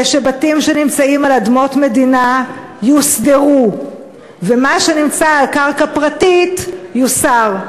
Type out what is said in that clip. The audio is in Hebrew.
זה שבתים שנמצאים על אדמות מדינה יוסדרו ומה שנמצא על קרקע פרטית יוסר.